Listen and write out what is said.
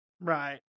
Right